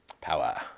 Power